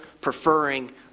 preferring